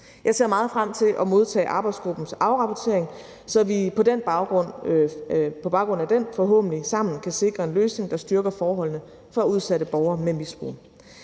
Jeg ser meget frem til at modtage arbejdsgruppens afrapportering, så vi på baggrund af den forhåbentlig sammen kan sikre en løsning, der styrker forholdene for udsatte borgere med misbrug.